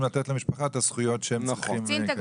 לתת למשפחה את הזכויות שהם צריכים.